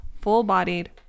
full-bodied